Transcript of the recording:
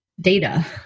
data